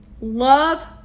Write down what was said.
Love